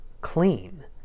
clean